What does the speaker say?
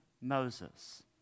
Moses